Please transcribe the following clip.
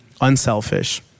unselfish